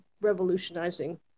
revolutionizing